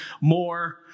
more